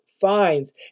finds